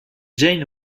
jane